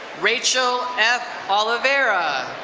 rachel f. olivera.